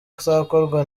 hazakorwa